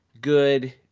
good